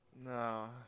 No